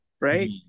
right